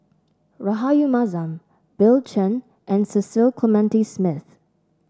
Rahayu Mahzam Bill Chen and Cecil Clementi Smith